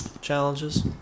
challenges